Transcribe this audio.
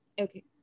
Okay